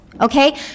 okay